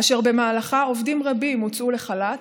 אשר במהלכה עובדים רבים הוצאו לחל"ת,